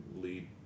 lead